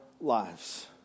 lives